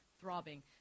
throbbing